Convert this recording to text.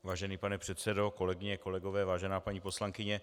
Vážený pane předsedo, kolegyně a kolegové, vážená paní poslankyně.